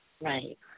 Right